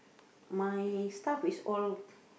my stuff is all